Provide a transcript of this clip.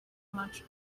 much